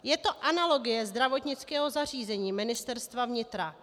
Je to analogie Zdravotnického zařízení Ministerstva vnitra.